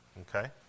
okay